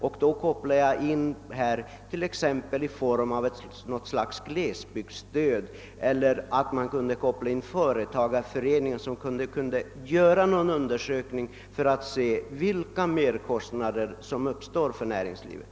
Jag tänkte att man i detta sammanhang skulle kunna överväga någon form av glesbygdsstöd eller att företagareföreningen kunde inkopplas för att göra en undersökning om vilka merkostnader som på grund av de berörda förhållandena uppstår för näringslivet.